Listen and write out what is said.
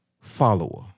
follower